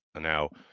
now